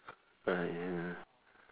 mm